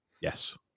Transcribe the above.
Yes